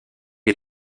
est